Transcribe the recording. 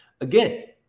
again